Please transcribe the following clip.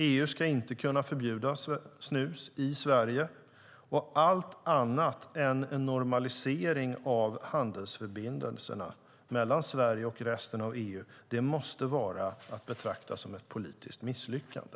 EU ska inte kunna förbjuda snus i Sverige, och allt annat än en normalisering av handelsförbindelserna mellan Sverige och resten av EU måste vara att betrakta som ett politiskt misslyckande.